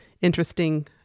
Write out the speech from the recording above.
interesting